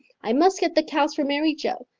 i must get the cows for mary joe.